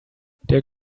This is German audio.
der